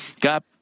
God